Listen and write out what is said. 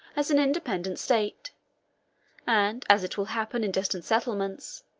as an independent state and, as it will happen in distant settlements,